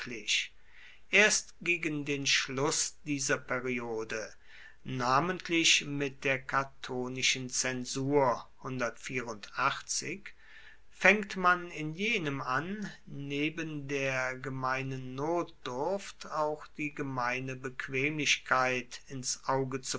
erst gegen den schluss dieser periode namentlich mit der catonischen zensur faengt man in jenem an neben der gemeinen notdurft auch die gemeine bequemlichkeit ins auge